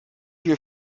viel